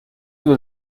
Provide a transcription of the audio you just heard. will